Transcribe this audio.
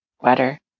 weather